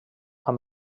amb